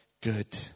good